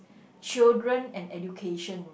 children and education